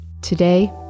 Today